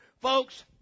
folks